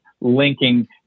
linking